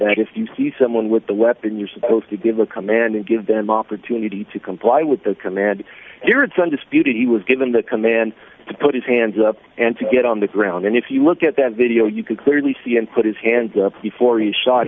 that if you see someone with the weapon you're supposed to give a command and give them opportunity to comply with the command here it's undisputed he was given the command to put his hands up and to get on the ground and if you look at that video you can clearly see him put his hands up before he shot